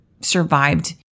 survived